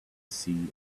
see